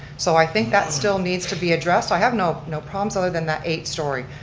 so, i think that still needs to be addressed. i have no no problems other than that eight-story.